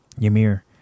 Ymir